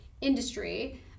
industry